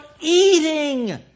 eating